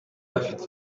bafite